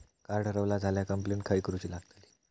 Card हरवला झाल्या complaint खय करूची लागतली?